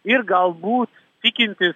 ir galbūt tikintis